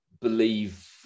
believe